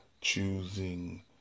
choosing